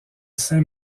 saint